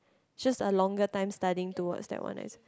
just a longer time studying towards that one as